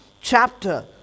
chapter